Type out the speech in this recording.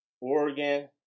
Oregon